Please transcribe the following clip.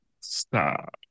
Stop